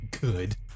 Good